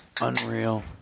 Unreal